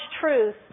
truth